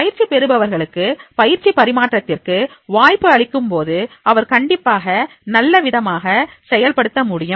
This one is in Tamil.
பயிற்சி பெறுபவர்களுக்கு பயிற்சி பரிமாற்றத்திற்கு வாய்ப்பு அளிக்கும் போது அவர் கண்டிப்பாக நல்ல விதமாக செயல்படுத்த முடியும்